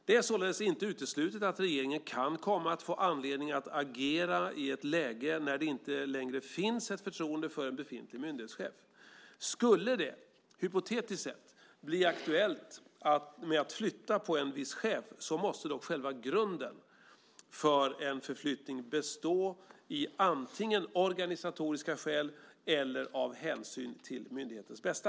Det är således inte uteslutet att regeringen kan komma att få anledning att agera i ett läge när det inte längre finns ett förtroende för en befintlig myndighetschef. Skulle det, hypotetiskt sett, bli aktuellt med att flytta på en viss chef måste dock självklart grunden för en förflyttning bestå i antingen organisatoriska skäl eller hänsyn till myndighetens bästa.